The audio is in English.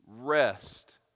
rest